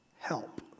Help